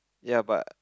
ya but